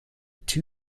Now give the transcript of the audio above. two